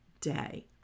day